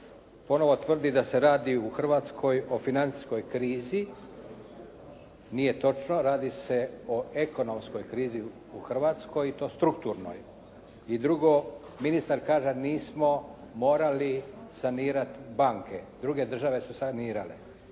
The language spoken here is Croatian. Ponovo tvrdi da se radi u Hrvatskoj o financijskoj krizi. Nije točno. Radi se o ekonomskoj krizi u Hrvatskoj i to strukturnoj. I drugo, ministar kaže nismo morali sanirati banke, druge države su sanirale.